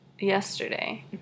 yesterday